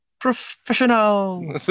Professional